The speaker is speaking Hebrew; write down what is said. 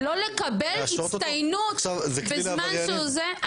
לא לקבל הצטיינות בזמן שהוא, זה.